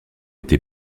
été